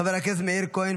חבר הכנסת מאיר כהן,